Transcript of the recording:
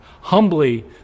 humbly